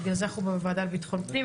בגלל זה אנחנו בוועדה לביטחון פנים.